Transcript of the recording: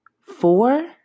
Four